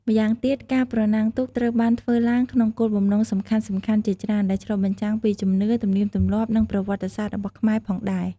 ម្យ៉ាងទៀតការប្រណាំងទូកត្រូវបានធ្វើឡើងក្នុងគោលបំណងសំខាន់ៗជាច្រើន ដែលឆ្លុះបញ្ចាំងពីជំនឿ ទំនៀមទម្លាប់ និងប្រវត្តិសាស្ត្ររបស់ខ្មែរផងដែរ។